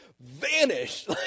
Vanish